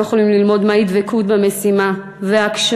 אנו יכולים ללמוד מהי דבקות במשימה ועקשנות,